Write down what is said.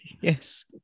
yes